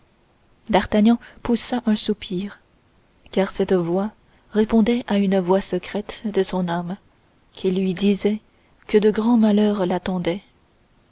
d'artagnan poussa un soupir car cette voix répondait à une voix secrète de son âme qui lui disait que de grands malheurs l'attendaient